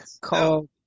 called